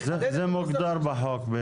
זה מוגדר בחוק.